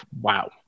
wow